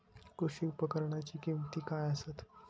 कृषी उपकरणाची किमती काय आसत?